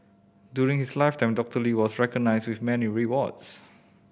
during his lifetime Doctor Lee was recognised with many awards